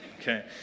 okay